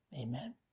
amen